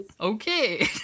okay